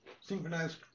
Synchronized